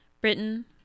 Britain